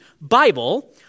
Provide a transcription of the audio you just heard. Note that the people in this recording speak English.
Bible